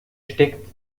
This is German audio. steckt